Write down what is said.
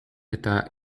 eta